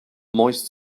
moist